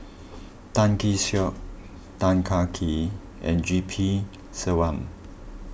Tan Kee Sek Tan Kah Kee and G P Selvam